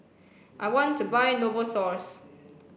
I want to buy Novosource